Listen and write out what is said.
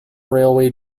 railway